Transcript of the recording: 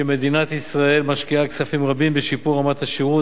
שמדינת ישראל משקיעה כספים רבים בשיפור רמת השירות